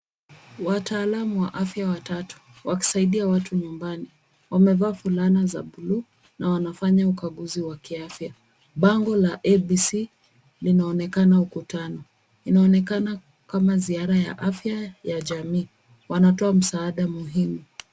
Wataalam wa afya watatu wakisaidia watu nyumbani. Wamevaa fulana za bluu na wanafanya ukaguzi wa kiafya. Bango la APC linaonekana ukutani. Inaonekana kama ziara ya afya ya jamii. Wanatoa msaada muhimu.